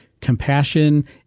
compassion